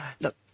look